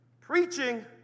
preaching